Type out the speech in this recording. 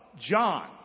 John